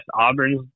Auburn